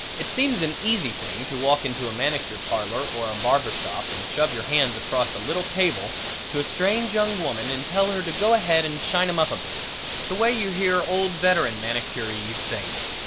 it seems an easy thing to walk into a manicure parlor or a barber shop and shove your hands across a little table to a strange young woman and tell her to go ahead and shine em up a bit the way you hear old veteran manicurees saying it.